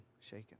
shaken